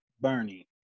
Bernie